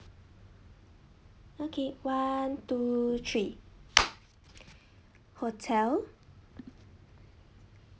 okay one two three hotel